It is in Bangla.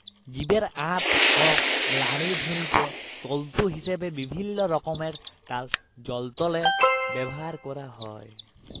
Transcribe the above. জীবের আঁত অ লাড়িভুঁড়িকে তল্তু হিসাবে বিভিল্ল্য রকমের তার যল্তরে ব্যাভার ক্যরা হ্যয়